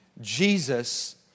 Jesus